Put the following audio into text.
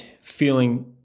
feeling